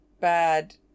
bad